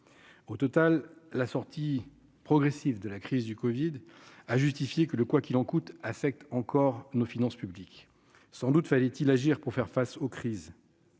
au total la sortie progressive de la crise du Covid, a justifié que le quoi qu'il en coûte affecte encore nos finances publiques sans doute fallait-il agir pour faire face aux crises,